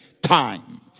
time